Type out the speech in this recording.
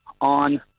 on